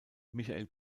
michael